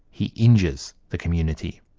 he injures the community.